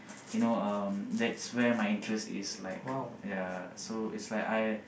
you know um that's where my interest is like ya so it's like I